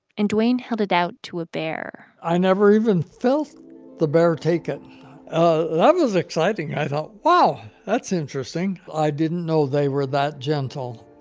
and dwayne held it out to a bear i never even felt the bear take it. that was exciting. and i thought, wow, that's interesting. i didn't know they were that gentle.